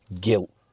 Guilt